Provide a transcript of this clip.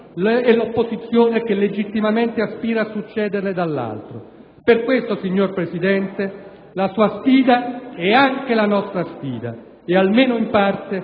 e l'opposizione che legittimamente aspira a succederle dall'altro. Per questo, signor Presidente, la sua sfida è anche la nostra sfida e, almeno in parte,